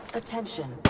attention